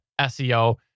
SEO